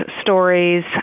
stories